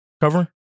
covering